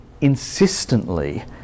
insistently